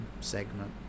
segment